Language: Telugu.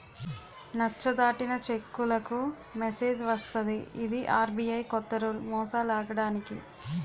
నచ్చ దాటిన చెక్కులకు మెసేజ్ వస్తది ఇది ఆర్.బి.ఐ కొత్త రూల్ మోసాలాగడానికి